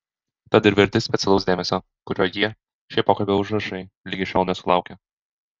tad ir verti specialaus dėmesio kurio jie šie pokalbio užrašai ligi šiol nesulaukė